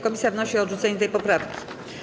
Komisja wnosi o odrzucenie tej poprawki.